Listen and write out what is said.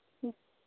ꯎꯝ